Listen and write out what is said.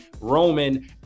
Roman